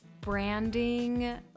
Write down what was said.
branding